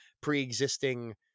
pre-existing